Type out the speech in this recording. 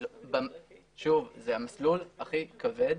שוב, זה המסלול הכי כבד,